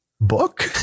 book